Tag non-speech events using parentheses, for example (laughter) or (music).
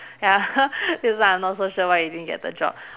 ya (noise) this one I'm not so sure why you didn't get the job